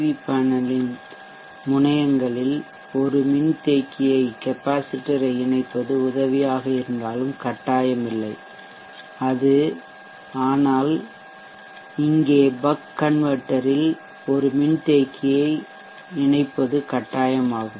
we பேனலின் முனையங்களில் ஒரு மின்தேக்கியை இணைப்பது உதவியாக இருந்தாலும் கட்டாயமில்லை ஆனால் இங்கே பக் கன்வெர்ட்டர் ல் ஒரு மின் தேக்கியை இங்கே இணைப்பது கட்டாயமாகும்